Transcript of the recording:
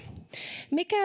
mikä